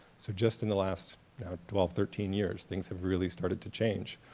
so just in the last twelve, thirteen years things have really started to change.